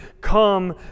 come